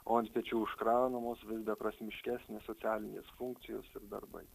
o ant pečių užkraunamos vis beprasmiškesnės socialinės funkcijos ir darbai